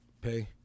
Pay